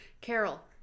Carol